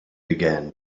began